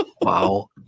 Wow